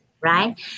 right